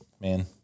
man